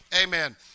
Amen